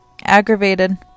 aggravated